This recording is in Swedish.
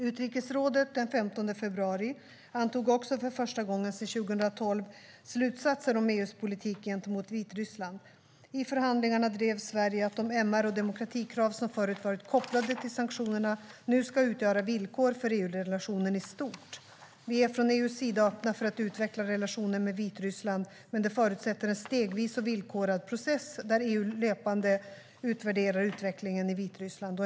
Utrikesrådet den 15 februari antog också för första gången sedan 2012 slutsatser om EU:s politik gentemot Vitryssland. I förhandlingarna drev Sverige att de MR och demokratikrav som förut varit kopplade till sanktionerna nu ska utgöra villkor för EU-relationen i stort. Vi är från EU:s sida öppna för att utveckla relationen med Vitryssland, men det förutsätter en stegvis och villkorad process där EU löpande utvärderar utvecklingen i Vitryssland.